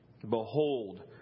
Behold